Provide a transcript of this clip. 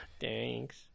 Thanks